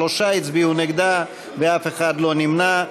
שלושה הצביעו נגדה ואף אחד לא נמנע.